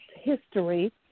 history